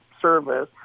service